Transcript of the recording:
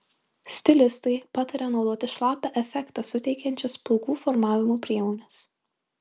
stilistai pataria naudoti šlapią efektą suteikiančias plaukų formavimo priemones